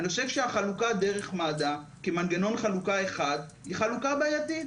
אני חושב שהחלוקה דרך מד"א כמנגנון חלוקה אחד היא חלוקה בעייתית.